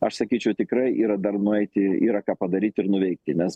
aš sakyčiau tikrai yra dar nueiti yra ką padaryti ir nuveikti nes